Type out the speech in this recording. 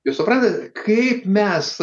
jūs suprantat kaip mes